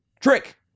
Trick